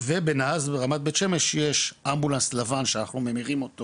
ומע"ז ברמת בית שמש יש אמבולנס שאנחנו ממירים אותו